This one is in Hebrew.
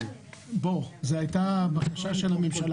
זו הייתה בקשה של הממשלה